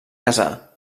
casar